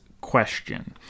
question